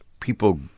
people